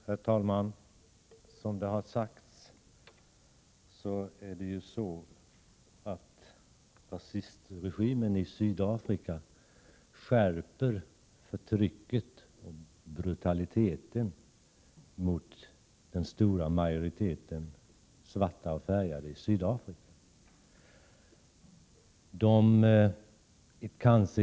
Herr talman! Som det har sagts skärper rasistregimen i Sydafrika förtrycket och brutaliteten mot den stora majoriteten svarta och färgade i Sydafrika.